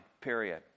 period